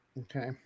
Okay